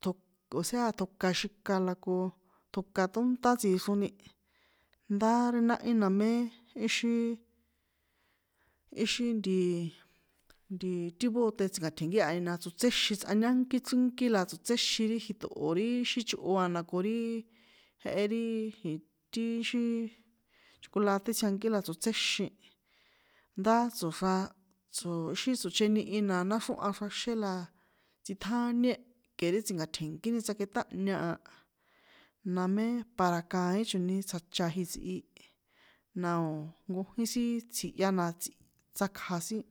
ṭjok o̱séa ṭjoka xika la ko ṭjoka ṭónṭá tsixroni, ndá ri náhí namé íxí, íxí ntiiiiii, ntiiii, ti bóte tsi̱nka̱tje̱nkíahani na tsotséxin tsꞌañánkí chrínkí la tsotséxin ri jiṭꞌo̱ o̱ ri sí chꞌo a na ko riii, jehe riiii, ji tiii xiii, chokolaté tsjinkí la tsotséxin, ndá tso̱xra, tso̱xí tsochenihi na naxrjóha xraxé la tsꞌiṭjáñé ke ri tsi̱na̱tje̱nkíni tsjakꞌeṭáhña a, namé para kaín choni tsjacha itsꞌi, nao̱ nkojín tsjihya na tsꞌi, tsakja sin.